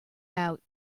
out